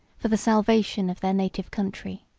for the salvation of their native country.